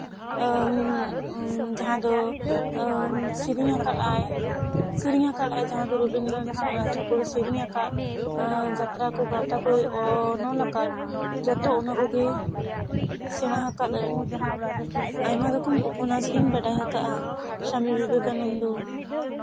ᱡᱟᱦᱟᱸ ᱫᱚ ᱥᱮᱨᱮᱧ ᱟᱠᱟᱫᱟᱭ ᱥᱮᱨᱮᱧ ᱟᱠᱟᱫᱟᱭ ᱡᱟᱦᱟᱸ ᱫᱚ ᱨᱚᱵᱤᱱᱫᱨᱚᱱᱟᱛᱷ ᱴᱷᱟᱹᱠᱩᱨᱮ ᱥᱮᱨᱮᱧ ᱟᱠᱟᱫ ᱡᱟᱛᱨᱟ ᱠᱚ ᱜᱟᱶᱛᱟ ᱠᱚ ᱚᱱᱚᱞ ᱟᱠᱟᱫ ᱡᱚᱛᱚ ᱚᱱᱟ ᱠᱚᱜᱮ ᱥᱮᱲᱟ ᱟᱠᱟᱫᱟᱹᱧ ᱟᱭᱢᱟ ᱨᱚᱠᱚᱢ ᱩᱯᱚᱱᱱᱟᱥ ᱜᱤᱧ ᱵᱟᱰᱟᱭ ᱟᱠᱟᱫᱟ ᱥᱟᱢᱤ ᱵᱤᱵᱮᱠᱟᱱᱚᱱᱫᱚ